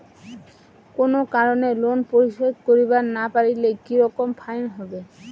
কোনো কারণে লোন পরিশোধ করিবার না পারিলে কি রকম ফাইন হবে?